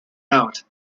out